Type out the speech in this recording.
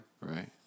Right